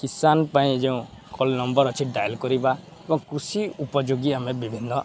କିଷାନ ପାଇଁ ଯେଉଁ call number ଅଛି ଡାଏଲ୍ କରିବା ଏବଂ କୃଷି ଉପଯୋଗୀ ଆମେ ବିଭିନ୍ନ